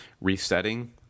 resetting